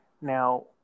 Now